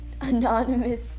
Anonymous